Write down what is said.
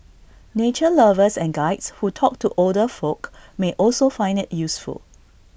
nature lovers and Guides who talk to older folk may also find IT useful